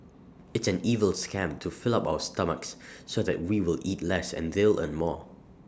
it's an evil scam to fill up our stomachs so that we will eat less and they'll earn more